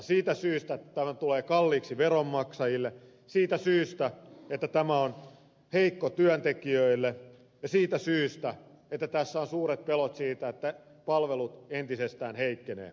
siitä syystä että tämä tulee kalliiksi veronmaksajille siitä syystä että tämä on heikko työntekijöille ja siitä syystä että tässä on suuret pelot siitä että palvelut entisestään heikkenevät